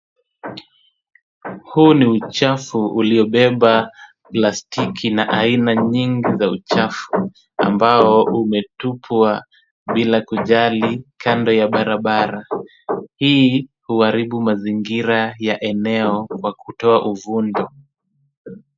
Huu ni uchafu uliobeba plastiki na aina nyingi za uchafu, ambao umetupwa bila kujali kando ya barabara. Hii huharibu mazingira ya eneo kwa kutoa uvundo.